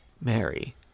Mary